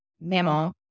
Mammal